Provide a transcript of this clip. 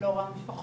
לא רואה משפחות,